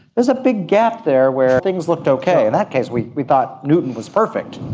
there's a big gap there where things looked okay. in that case we we thought newton was perfect.